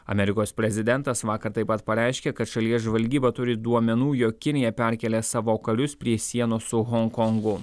amerikos prezidentas vakar taip pat pareiškė kad šalies žvalgyba turi duomenų jog kinija perkelia savo karius prie sienos su honkongu